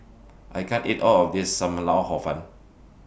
I can't eat All of This SAM Lau Hor Fun